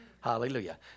Hallelujah